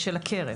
הקרן.